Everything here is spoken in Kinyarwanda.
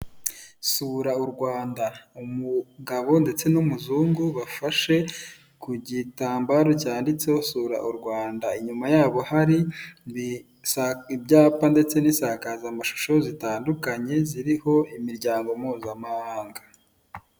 Sura u Rwanda umugabo ndetse n'umuzungu bafashe ku gitambaro cyanditseho sura u Rwanda, inyuma yabo hari ibyapa ndetse n'isakazamashusho zitandukanye ziriho imiryango mpuzamahanga.